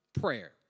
Prayer